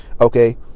okay